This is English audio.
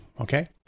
Okay